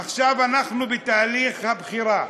עכשיו אנחנו בתהליך הבחירה.